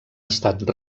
estat